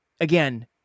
Again